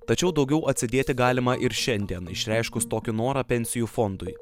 tačiau daugiau atsidėti galima ir šiandien išreiškus tokį norą pensijų fondui